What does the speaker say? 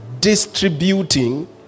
distributing